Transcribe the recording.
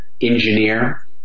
engineer